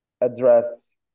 address